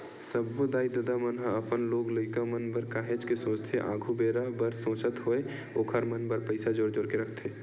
सब्बो दाई ददा मन ह अपन लोग लइका मन बर काहेच के सोचथे आघु बेरा बर सोचत होय ओखर मन बर पइसा जोर जोर के रखथे